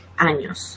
años